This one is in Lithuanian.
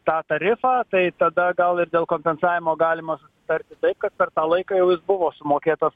tą tarifą tai tada gal ir dėl kompensavimo galima tartis taip kad per tą laiką jau jis buvo sumokėtas